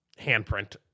Handprint